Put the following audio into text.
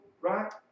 Right